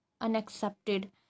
unaccepted